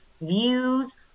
views